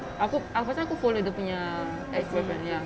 aku aku rasa aku follow dia punya ex girlfriend ya